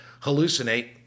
hallucinate